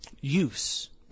use